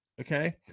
Okay